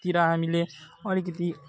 तिर हामीले अलिकति